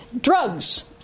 Drugs